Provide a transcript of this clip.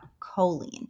choline